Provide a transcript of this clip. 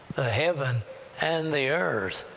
the heaven and the earth!